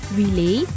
relay